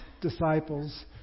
disciples